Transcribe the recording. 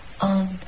on